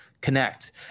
connect